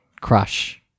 crush